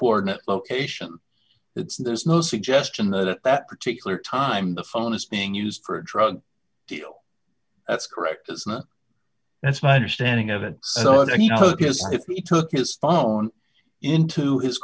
coordinate location it's there's no suggestion that that particular time the phone is being used for a drug deal that's correct is not that's my understanding of it and you know if he took his phone into his